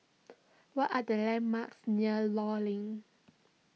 what are the landmarks near Law Link